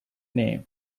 name